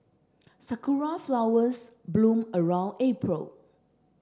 sakura flowers bloom around April